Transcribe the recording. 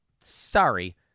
Sorry